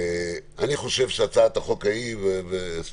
אני חושב שהצעת החוק שמדברת